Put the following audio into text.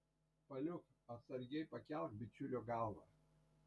paliuk atsargiai pakelk bičiulio galvą